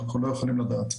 אנחנו לא יכולים לדעת.